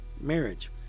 marriage